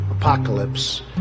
apocalypse